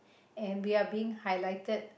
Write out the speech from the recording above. and we are being highlighted